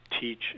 teach